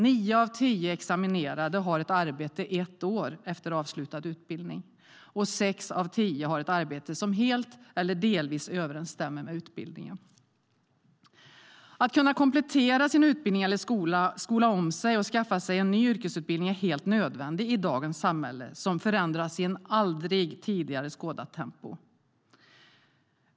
Nio av tio examinerade har ett arbete ett år efter avslutad utbildning, och sex av tio har ett arbete som helt eller delvis överensstämmer med utbildningen. Att ha möjlighet att komplettera sin utbildning eller att skola om sig och skaffa sig en ny yrkesutbildning är helt nödvändigt i dagens samhälle som förändras i ett aldrig tidigare skådat tempo.